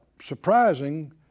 surprising